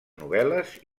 novel·les